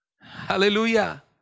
Hallelujah